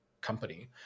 company